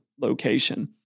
location